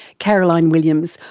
caroline williams,